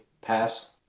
pass